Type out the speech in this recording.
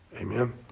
amen